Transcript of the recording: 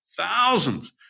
thousands